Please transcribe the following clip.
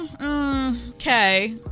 Okay